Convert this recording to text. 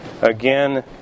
again